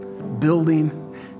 building